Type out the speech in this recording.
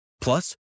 Plus